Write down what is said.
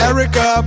Erica